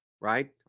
Right